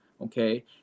Okay